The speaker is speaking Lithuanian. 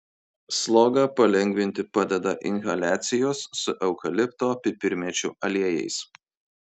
slogą palengvinti padeda inhaliacijos su eukalipto pipirmėčių aliejais